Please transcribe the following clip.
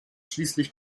schließlich